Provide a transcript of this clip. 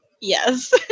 Yes